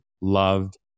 loved